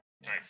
Nice